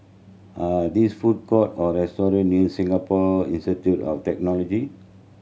are these food court or restaurant near Singapore Institute of Technology